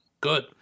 Good